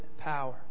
power